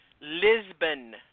Lisbon